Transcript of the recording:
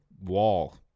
wall